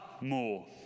more